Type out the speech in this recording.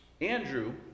Andrew